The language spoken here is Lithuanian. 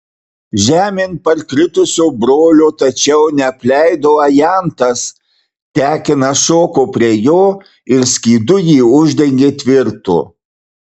žemėn parkritusio brolio tačiau neapleido ajantas tekinas šoko prie jo ir skydu jį uždengė tvirtu